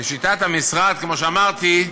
לשיטת המשרד, כמו שאמרתי,